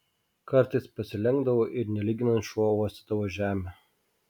kartais pasilenkdavo ir nelyginant šuo uostydavo žemę